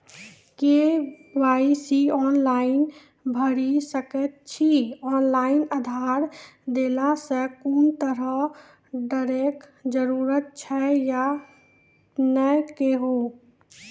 KYC online भैरि सकैत छी, ऑनलाइन आधार देलासॅ कुनू तरहक डरैक जरूरत छै या नै कहू?